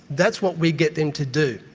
that's what we get them to do.